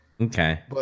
Okay